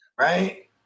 Right